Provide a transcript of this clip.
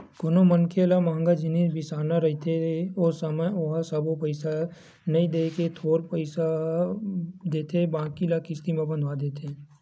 कोनो मनखे ल मंहगा जिनिस बिसाना रहिथे ओ समे ओहा सबो पइसा नइ देय के थोर बहुत पइसा देथे बाकी ल किस्ती म बंधवा देथे